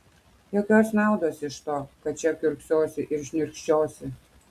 jokios naudos iš to kad čia kiurksosi ir šniurkščiosi